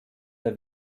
der